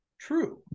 true